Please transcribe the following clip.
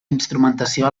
instrumentació